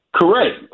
Correct